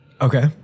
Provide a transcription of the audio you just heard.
Okay